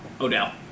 Odell